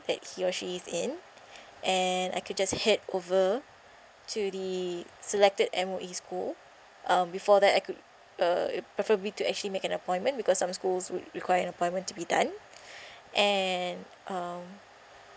that he or she's in and I can just head over to the selected M_O_E school um before that I could uh preferably to actually make an appointment because some schools would require an appointment to be done and um